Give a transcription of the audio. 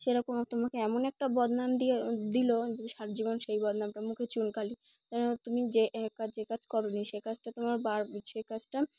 সেরকম তোমাকে এমন একটা বদনাম দিয়ে দিল যে সারাজীবন সেই বদনামটা মুখে চুনকালি যেন তুমি যে একাজ যে কাজ করো নি সে কাজটা তোমার বার সে কাজটা